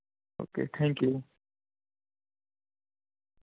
okay thank you